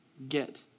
get